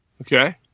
Okay